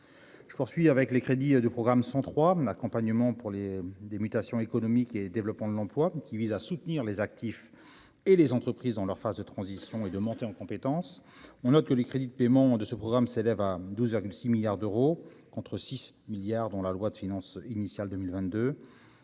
Je poursuis avec les crédits de programme 103 accompagnement pour les des mutations économiques et développement de l'emploi, qui vise à soutenir les actifs et les entreprises dans leur phase de transition et de monter en compétences, on note que les crédits de paiement de ce programme s'élève à 12,6 milliards d'euros, contre 6 milliards dans la loi de finances initiale 2022,